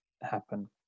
happen